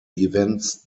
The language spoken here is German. events